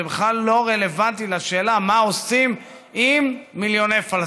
זה בכלל לא רלוונטי לשאלה מה עושים עם מיליוני פלסטינים.